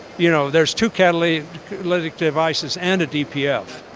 you know there's two catalytic catalytic devices and a dpf.